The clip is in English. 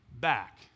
back